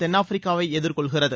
தென்னாப்பிரிக்காவை எதிர்கொள்கிறது